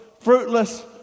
fruitless